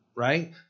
Right